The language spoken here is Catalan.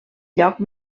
lloc